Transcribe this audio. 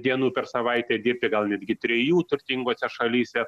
dienų per savaitę dirbti gal netgi trijų turtingose šalyse